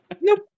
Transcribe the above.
nope